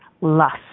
lust